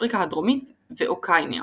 אפריקה הדרומית ואוקיאניה.